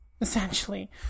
essentially